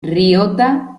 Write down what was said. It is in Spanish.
ryota